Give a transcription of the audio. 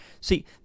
See